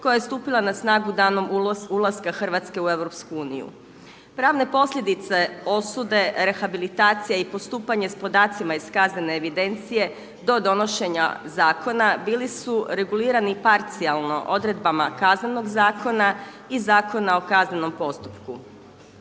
koja je stupila na snagu danom ulaska Hrvatske u EU. Pravne posljedice osude, rehabilitacije i postupanje s podacima iz kaznene evidencije do donošenja zakona bili su regulirani parcijalno odredbama Kaznenog zakona i Zakona o kaznenom postupku.